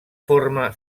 forma